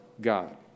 God